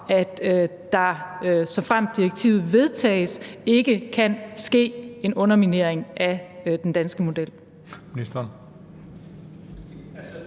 at der, såfremt det vedtages, ikke kan ske en underminering af den danske model.